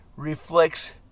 reflects